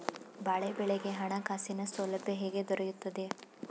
ಬಾಳೆ ಬೆಳೆಗೆ ಹಣಕಾಸಿನ ಸೌಲಭ್ಯ ಹೇಗೆ ದೊರೆಯುತ್ತದೆ?